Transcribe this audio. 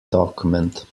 document